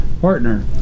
partner